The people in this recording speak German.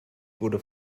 wurde